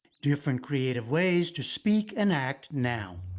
different creative ways to speak and act now.